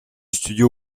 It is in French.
studio